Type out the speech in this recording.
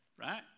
right